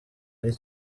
ari